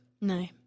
No